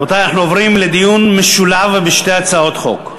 רבותי, אנחנו עוברים לדיון משולב בשתי הצעות חוק: